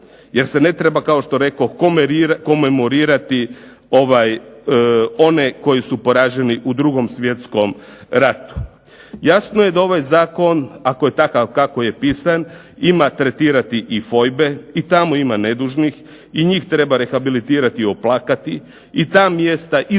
jer se ne treba kao što rekoh komemorirati one koji su poraženi u 2. svjetskom ratu. Jasno je da ovaj zakon, ako je takav kako je pisan, ima tretirati i fojbe, i tako ima nedužnih i njih treba rehabilitirati i oplakati i ta mjesta isto